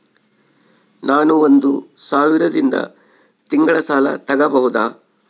ನಾನು ಒಂದು ಸಾವಿರದಿಂದ ತಿಂಗಳ ಸಾಲ ತಗಬಹುದಾ?